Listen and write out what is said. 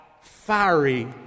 fiery